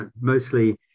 mostly